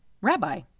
Rabbi